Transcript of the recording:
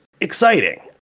exciting